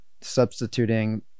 substituting